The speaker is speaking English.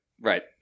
Right